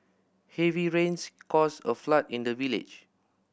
heavy rains caused a flood in the village